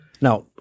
Now